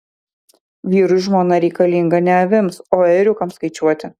vyrui žmona reikalinga ne avims o ėriukams skaičiuoti